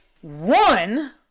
One